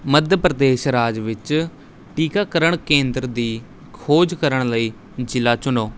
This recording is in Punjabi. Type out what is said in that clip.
ਮੱਧ ਪ੍ਰਦੇਸ਼ ਰਾਜ ਵਿੱਚ ਟੀਕਾਕਰਨ ਕੇਂਦਰ ਦੀ ਖੋਜ ਕਰਨ ਲਈ ਜ਼ਿਲ੍ਹਾ ਚੁਣੋ